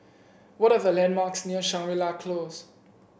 what are the landmarks near Shangri La Close